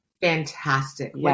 fantastic